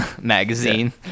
magazine